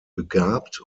begabt